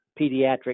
pediatric